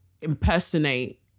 impersonate